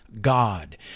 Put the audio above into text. god